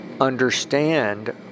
understand